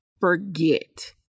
forget